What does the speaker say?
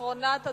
אחרונת הדוברים,